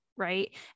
right